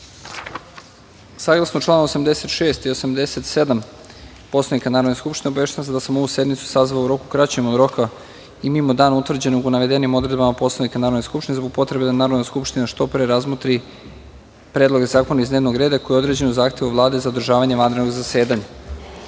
salu. Saglasno čl. 86. i 87. Poslovnika Narodne skupštine, obaveštavam vas da sam ovu sednicu sazvao u roku kraćem od roka i mimo dana utvrđenog u navedenim odredbama Poslovnika Narodne skupštine, zbog potrebe da Narodna skupština što pre razmotri predlog zakona iz dnevnog reda koji je određen u zahtevu Vlade za održavanje vanrednog zasedanja. Saglasno